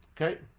okay